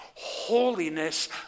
holiness